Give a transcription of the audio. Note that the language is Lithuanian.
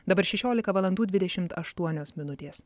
dabar šešiolika valandų dvidešimt aštuonios minutės